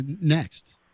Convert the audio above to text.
next